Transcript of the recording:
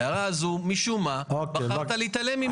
ההערה הזאת, משום מה, בחרת להתעלם ממנה.